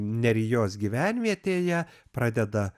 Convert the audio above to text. nerijos gyvenvietėje pradeda